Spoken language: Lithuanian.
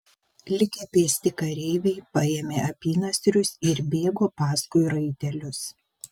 likę pėsti kareiviai paėmė apynasrius ir bėgo paskui raitelius